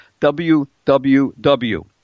WWW